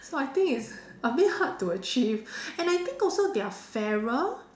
so I think it's a bit hard to achieve and I think also they are fairer